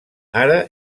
ara